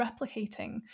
replicating